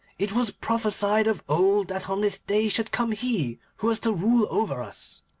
it was prophesied of old that on this day should come he who was to rule over us.